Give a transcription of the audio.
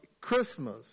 Christmas